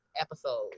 episode